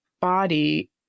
body